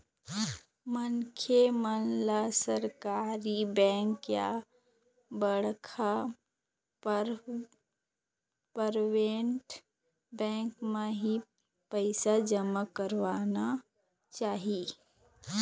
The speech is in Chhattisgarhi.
मनखे मन ल सरकारी बेंक या बड़का पराबेट बेंक म ही पइसा जमा करना चाही